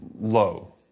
low